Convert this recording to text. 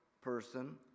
person